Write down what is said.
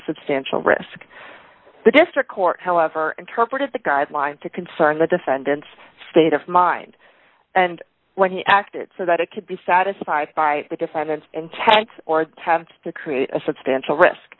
substantial risk the district court however interpreted the guidelines to concern the defendant state of mind and when he acted so that it could be satisfied by the defendant's intent or attempt to create a substantial risk